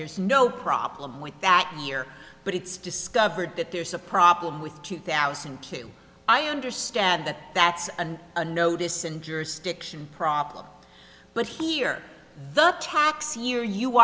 there's no problem with that here but it's discovered that there's a problem with two thousand i understand that that's a notice and jurisdiction problem but here the tax year you